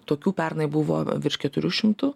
tokių pernai buvo virš keturių šimtų